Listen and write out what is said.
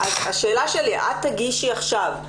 השאלה שלי, את תגישי עכשיו,